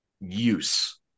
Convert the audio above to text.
use